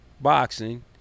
boxing